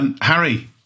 Harry